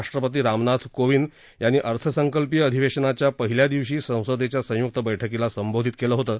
राष्ट्रपती राम नाथ कोविंद यांनी अर्थसंकल्पीय अधिवेशनाच्या पहिल्या दिवशी संसदेच्या संयुक्त बैठकीला संबोधित केलं होतं